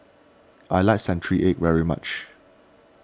I like Century Egg very much